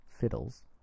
fiddles